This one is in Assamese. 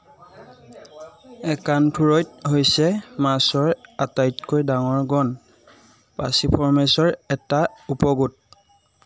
একানথুৰইড হৈছে মাছৰ আটাইতকৈ ডাঙৰ গণ পাৰ্চিফৰ্মেছৰ এটা উপগোট